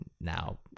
now